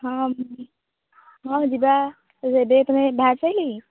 ହଁ ହଁ ଯିବା ଏବେ ତୁମେ ବାହାରିଛ କି